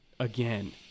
Again